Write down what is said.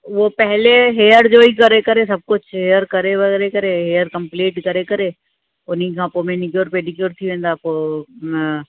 उहो पहले हेयर जो ई करे करे सभु कुझु हेयर करे व करे हेयर कंपलीट करे करे उनी खां पोइ मेनीक्योर पेडीक्योर थी वेंदा पोइ